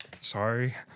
Sorry